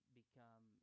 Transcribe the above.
become